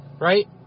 right